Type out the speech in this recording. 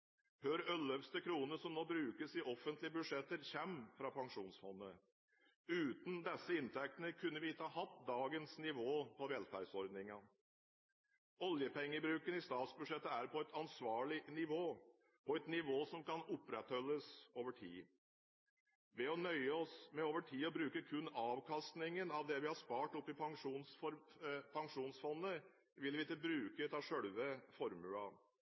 krone som nå brukes i offentlige budsjetter, kommer fra pensjonsfondet. Uten disse inntektene kunne vi ikke hatt dagens nivå på velferdsordningene. Oljepengebruken i statsbudsjettet er på et ansvarlig nivå – et nivå som kan opprettholdes over tid. Ved å nøye oss med over tid å bruke kun avkastningen av det vi har spart opp i pensjonsfondet, vil vi ikke bruke av selve formuen. Vi sparer formuen til